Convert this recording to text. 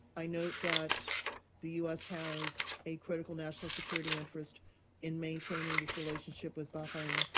i note that the u s. has a critical national security interest in maintaining this relationship with bahrain,